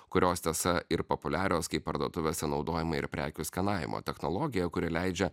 kurios tiesa ir populiarios kai parduotuvėse naudojama ir prekių skenavimo technologija kuri leidžia